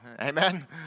Amen